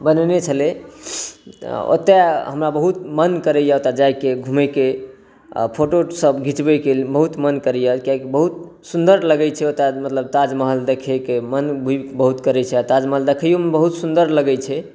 बनेने छलै ओतऽ हमरा बहुत मोन करैए जाइके घुमैके फोटोसब खिँचबैके बहुत मोन करैए कियाकि सुन्दर लगै छै ओतऽ ताजमहल देखैके मोन बहुत करै छै आओर ताजमहल देखैओमे बहुत सुन्दर लगै छै